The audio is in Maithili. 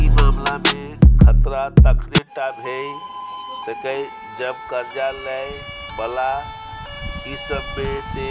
ई मामला में खतरा तखने टा भेय सकेए जब कर्जा लै बला ई सब में से